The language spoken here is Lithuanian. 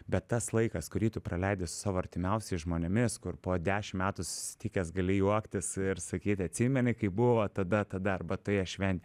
bet tas laikas kurį tu praleidi su savo artimiausiais žmonėmis kur po dešim metų susitikęs gali juoktis ir sakyt atsimeni kaip buvo tada tada arba toje šventėj